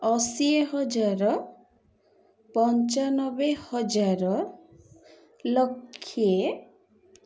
ଅଶୀ ହଜାର ପଞ୍ଚାନବେ ହଜାର ଲକ୍ଷ